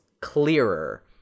clearer